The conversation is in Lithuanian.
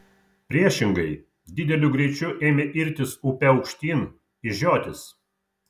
priešingai dideliu greičiu ėmė irtis upe aukštyn į žiotis